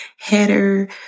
header